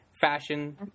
fashion